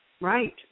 right